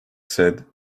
said